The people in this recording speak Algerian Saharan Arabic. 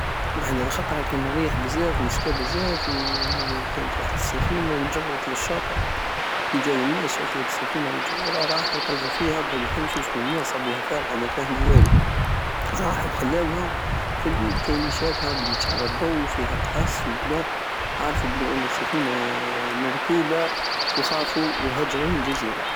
واحد الخطرة كان الريح بزاف والشتا بزاف وكانت واحد السفينة نجرت لشاطئ كيجاو الناس شافو هاد السفينة مجرورة راحو طلعو فيها بداو يحوسو شكون الناس صابوها فارغة مفهمو والو راحو وخلاوها فاليل كين ليشافها بلي تشعل الضو وفيها الحس وكدا وعرفو بلي السفينة مركوبة وخافو وهجرو الجزيرة